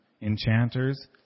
enchanters